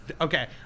Okay